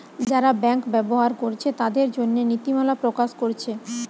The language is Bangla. যারা ব্যাংক ব্যবহার কোরছে তাদের জন্যে নীতিমালা প্রকাশ কোরছে